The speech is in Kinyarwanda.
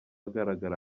agaragara